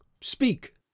Speak